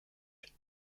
fiche